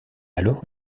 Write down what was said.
alors